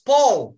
Paul